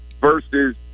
versus